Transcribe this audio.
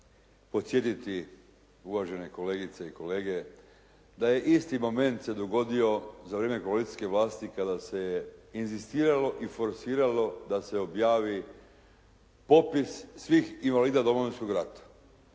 podsjetiti uvažene kolegice i kolege da je isti momente se dogodio za vrijeme koalicijske vlasti kada se inzistiralo i forsiralo da se objavi popis svih invalida Domovinskog rata.